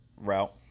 route